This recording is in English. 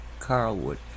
Carlwood